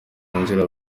yinjira